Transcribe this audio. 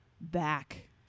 back